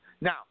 Now